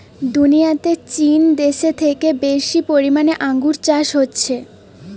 দুনিয়াতে চীন দেশে থেকে বেশি পরিমাণে আঙ্গুর চাষ হচ্ছে